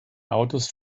autos